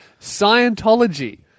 Scientology